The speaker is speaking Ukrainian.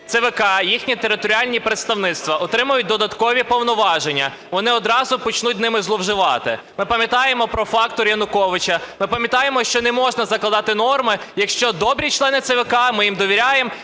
ЦВК і їхні територіальні представництва отримають додаткові повноваження, вони одразу почнуть ними зловживати. Ми пам'ятаємо про фактор Януковича. Ми пам'ятаємо, що не можна закладати норми, якщо добрі члені ЦВК, ми їм довіряємо,